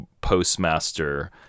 postmaster